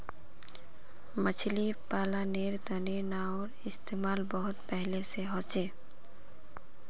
मछली पालानेर तने नाओर इस्तेमाल बहुत पहले से होचे